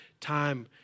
time